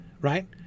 Right